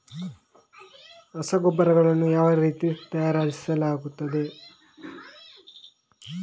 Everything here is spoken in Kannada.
ರಸಗೊಬ್ಬರಗಳನ್ನು ಯಾವ ರೀತಿಯಲ್ಲಿ ತಯಾರಿಸಲಾಗುತ್ತದೆ?